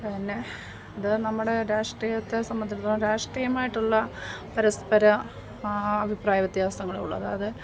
എന്നെ ഇത് നമ്മുടെ രാഷ്ട്രീയത്തെ സംബന്ധിച്ചെടുത്തോളം രാഷ്ട്രീയമായിട്ടുള്ള പരസ്പര അഭിപ്രായ വ്യത്യാസങ്ങളെ ഉള്ളു അതായത്